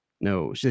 no